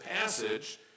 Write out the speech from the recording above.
passage